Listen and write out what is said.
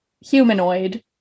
humanoid